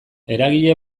eragile